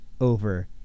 over